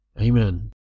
Amen